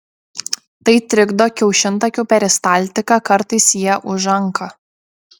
tai trikdo kiaušintakių peristaltiką kartais jie užanka